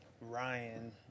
Ryan